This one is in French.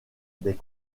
des